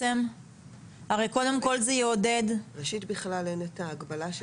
הרי זה יעודד -- בכלל אין את ההגבלה של